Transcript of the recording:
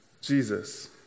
Jesus